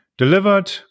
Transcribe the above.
Delivered